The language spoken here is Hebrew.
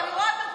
אני לא אהיה פה.